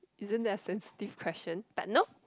isn't that sensitive question but no